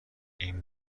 این